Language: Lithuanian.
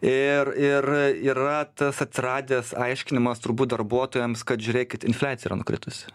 ir ir yra tas atsiradęs aiškinimas turbūt darbuotojams kad žiūrėkit infliacija yra nukritusi